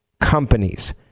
companies